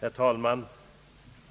Herr talman!